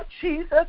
Jesus